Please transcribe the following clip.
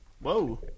Whoa